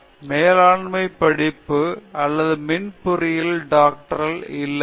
மேலாண்மை படிப்பு அல்லது மின் பொறியியலில் டாக்டர் இல்லையா